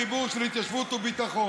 זה החיבור של התיישבות וביטחון.